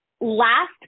Last